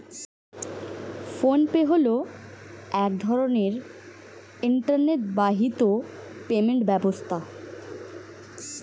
phone pay হলো এক ধরনের ইন্টারনেট বাহিত পেমেন্ট ব্যবস্থা